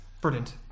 brilliant